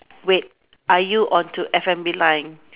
wait are you onto F&B line